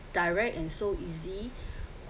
direct and so easy